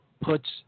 puts